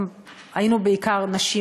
היינו בעיקר נשים,